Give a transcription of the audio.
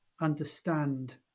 understand